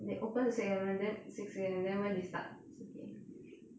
they open to six A_M right then six A_M then when they start serving